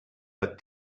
but